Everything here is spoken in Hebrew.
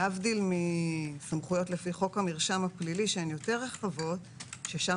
להבדיל מסמכויות לפי חוק המרשם הפלילי שהן יותר רחבות ששם